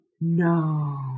No